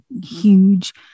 huge